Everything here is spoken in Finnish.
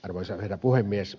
arvoisa herra puhemies